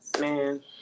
man